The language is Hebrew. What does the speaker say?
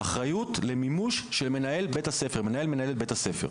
האחריות למימוש היא של מנהל או מנהלת בית הספר.